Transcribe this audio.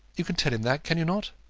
you can tell him that, can you not?